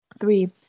Three